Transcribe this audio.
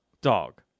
Dog